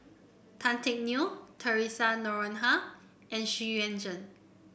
Tan Teck Neo Theresa Noronha and Xu Yuan Zhen